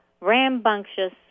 rambunctious